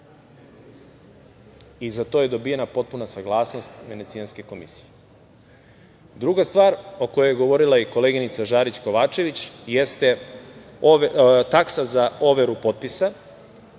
i za to je dobijana potpuna saglasnost Venecijanske komisije. Druga stvar, o kojoj je govorila i koleginica Žarić Kovačević, jeste taksa za overu potpisa.